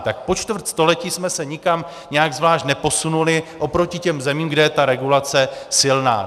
Tak po čtvrt století jsme se nikam nijak zvlášť neposunuli oproti těm zemím, kde je regulace silná.